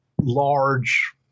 large